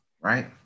right